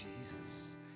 Jesus